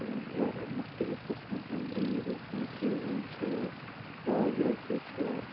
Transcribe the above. واریاہن مُختٔلِف قِسمَن ہٕنٛز بریٖڈ یتھ منٛز فریٖزان چھِ کراسی چھِ